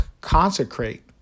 consecrate